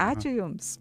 ačiū jums